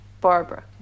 Barbara